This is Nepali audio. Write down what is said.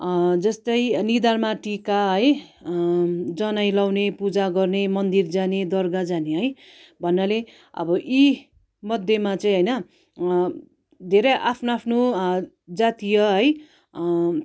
जस्तै निधारमा टिका है जनै लगाउने पूजा गर्ने मन्दिर जाने दरगाह जाने है भन्नाले अब यी मध्येमा चाहिँ होइन धेरै आफ्नो आफ्नो जातीय